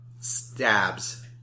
stabs